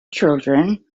children